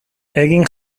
egin